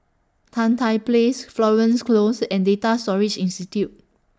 Tan Tye Place Florence Close and Data Storage Institute